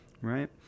right